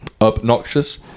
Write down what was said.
obnoxious